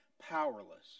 powerless